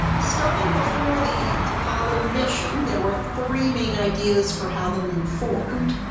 starting before the apollo mission there were three main ideas for how the moon formed.